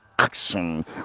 Action